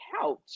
couch